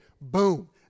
Boom